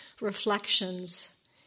reflections